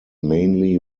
mainly